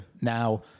now